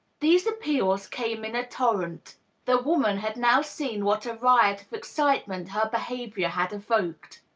these appeals came in a torrent the woman had now seen what a riot of excitement her behavior had evoked.